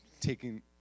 taking